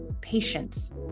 patience